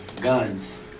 Guns